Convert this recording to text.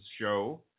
show